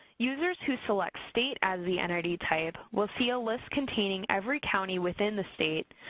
users who select state as the entity type will see a list containing every county within the state,